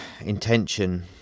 intention